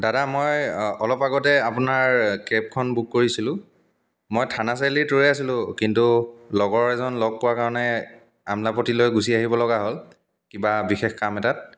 দাদা মই অলপ আগতে আপোনাৰ কেবখন বুক কৰিছিলোঁ মই থানা চাৰিআলিত ৰৈ আছিলোঁ কিন্তু লগৰ এজন লগ পোৱাৰ কাৰণে আমলাপট্টিলৈ গুচি আহিব লগা হ'ল কিবা বিশেষ কাম এটাত